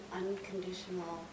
unconditional